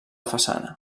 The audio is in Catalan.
façana